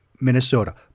Minnesota